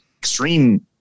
extreme